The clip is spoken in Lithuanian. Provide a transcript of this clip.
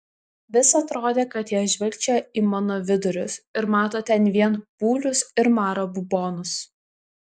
vis atrodė kad jie žvilgčioja į mano vidurius ir mato ten vien pūlius ir maro bubonus